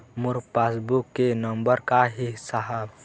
मोर passbook के number का ही साहब?